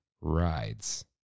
rides